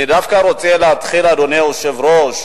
אני דווקא רוצה להתחיל, אדוני היושב-ראש,